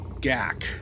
gak